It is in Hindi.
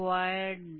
तो यह इंटेग्रल होगा